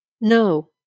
No